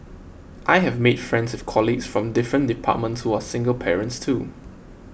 I have made friends with colleagues from different departments who are single parents too